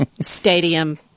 stadium